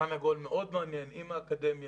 בשולחן עגול מאוד מעניין עם האקדמיה,